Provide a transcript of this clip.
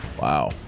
Wow